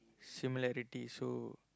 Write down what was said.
similarity so